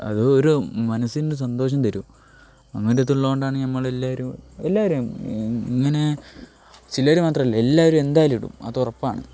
അത് ഒരു മനസ്സിൻ്റെ സന്തോഷം തരും അങ്ങനത്തെ ഉള്ളതുകൊണ്ടാണ് നമ്മളെല്ലാവരും എല്ലാവരും ഇങ്ങനെ ചിലർ മാത്രമല്ല എല്ലാവരും എന്തായാലുമിടും അതുറപ്പാണ്